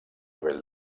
nivell